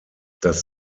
das